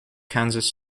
kansas